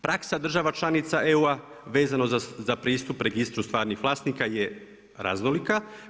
Praksa država članica EU-a vezano za pristup registru stvarnih vlasnika je raznolika.